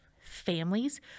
families